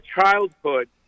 childhood